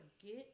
forget